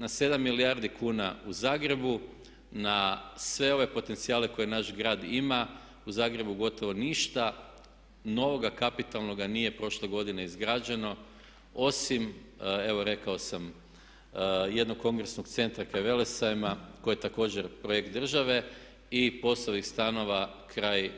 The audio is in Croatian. Na 7 milijardi kuna u Zagrebu, na sve ove potencijale koje naš grad ima u Zagrebu gotovo ništa novoga kapitalnog nije prošle godine izgrađeno osim evo rekao sam jednog kongresnog centra kraj Velesajma koji je također projekt države i POS-ovih stanova kraj